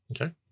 okay